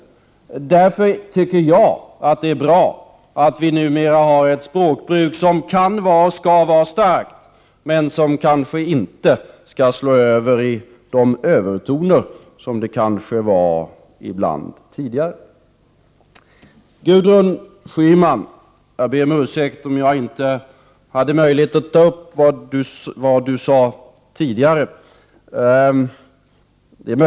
Därför tycker jag att det är bra att vi numera har ett språkbruk som kan och skall vara starkt men som kanske inte skall slå över i de övertoner som de tidigare ibland gjorde. Jag vill be Gudrun Schyman om ursäkt för att jag inte hade möjlighet att ta upp vad hon sade tidigare.